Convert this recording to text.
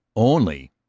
only,